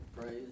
Praise